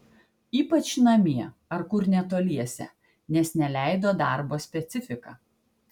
ypač namie ar kur netoliese nes neleido darbo specifika